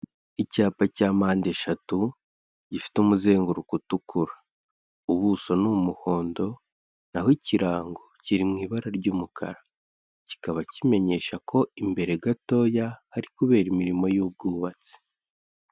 Icyapa cya mpande eshatu, gifite umuzenguruko utukura. Ubuso ni umuhondo, na ho ikirango kiri mu ibara ry'umukara. Kikaba kimenyesha ko imbere gatoya hari kubera imirimo y'ubwubatsi.